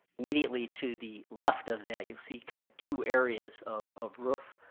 immediately to the left of that, you'll see kind of two areas of of roof.